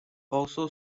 also